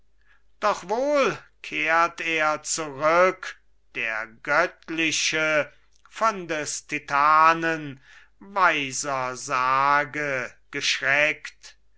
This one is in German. doch wohl kehrt er zurück der göttliche von des titanen weiser sage geschreckt